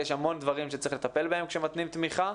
יש המון דברים שצריך לטפל בהם כשמתנים תמיכה.